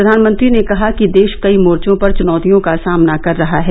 प्रधानमंत्री ने कहा कि देश कई मोर्चो पर चुनौतियों का सामना कर रहा है